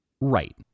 Right